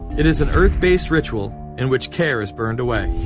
it is an earth-based ritual in which care is burned away.